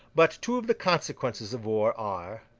but, two of the consequences of wars are,